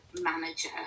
manager